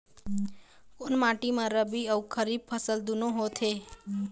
कोन माटी म रबी अऊ खरीफ फसल दूनों होत हे?